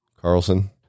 carlson